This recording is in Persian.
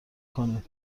کنید